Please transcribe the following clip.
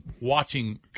watching